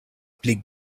pli